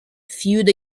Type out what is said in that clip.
feud